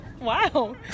Wow